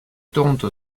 toronto